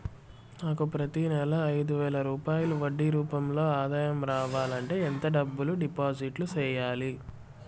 నాకు ప్రతి నెల ఐదు వేల రూపాయలు వడ్డీ రూపం లో ఆదాయం రావాలంటే ఎంత డబ్బులు డిపాజిట్లు సెయ్యాలి?